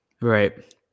Right